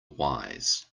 wise